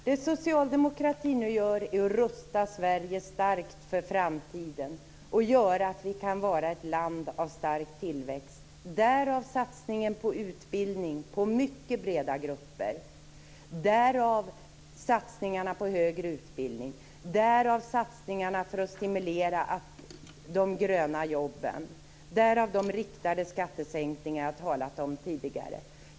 Fru talman! Nu rustar socialdemokratin Sverige starkt för framtiden så att vi kan vara ett land av stark tillväxt. Därav satsningen på utbildning för mycket breda grupper. Därav satsningarna på högre utbildning, satsningar för att stimulera de gröna jobben och de riktade skattesänkningar jag talat om tidigare.